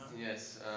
Yes